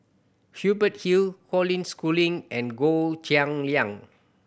Hubert Hill Colin Schooling and Goh Cheng Liang